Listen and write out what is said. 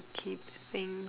keep thing~